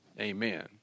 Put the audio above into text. Amen